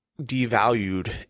devalued